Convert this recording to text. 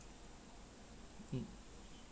mm